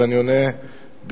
ואני עונה בשמו,